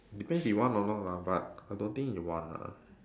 depends he want or not lah but I don't think he want lah